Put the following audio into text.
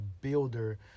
builder